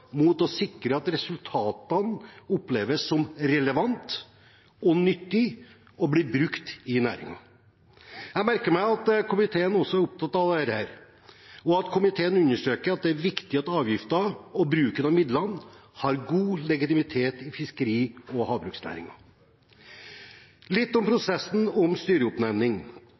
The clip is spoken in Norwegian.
mot å sikre at resultatene oppleves som relevante og nyttige og blir brukt i næringen. Jeg merker meg at komiteen også er opptatt av dette og understreker at det er viktig at avgifter og bruken av midlene har god legitimitet i fiskeri- og havbruksnæringen. Litt om prosessen om styreoppnevning: